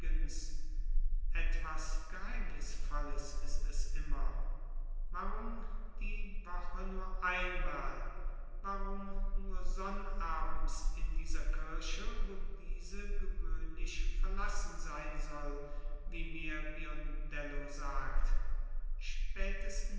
etwas geheimnisvolles ist es immer warum die woche nur einmal warum nur sonnabends in dieser kirche wo diese gewöhnlich verlassen sein soll wie mir biondello sagt spätestens